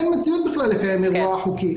אין מציאות לקיים אירוע חוקי.